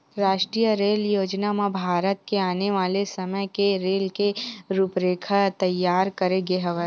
रास्टीय रेल योजना म भारत के आने वाले समे के रेल के रूपरेखा तइयार करे गे हवय